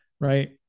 Right